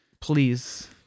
please